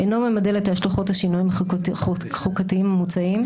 אינו ממדל את השלכות השינויים החוקתיים המוצעים,